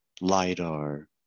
LIDAR